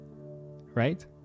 Right